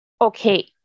okay